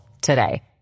today